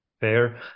fair